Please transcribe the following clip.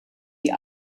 die